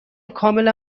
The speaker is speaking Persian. کاملا